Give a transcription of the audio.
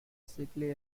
sickly